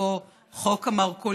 אפרופו חוק המרכולים,